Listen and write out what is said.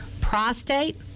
prostate